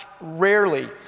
rarely